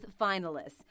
finalists